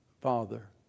Father